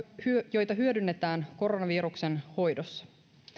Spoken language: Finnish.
joita hyödynnetään koronaviruksen hoidossa